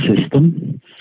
system